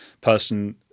person